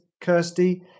Kirsty